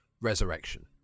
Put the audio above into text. Resurrection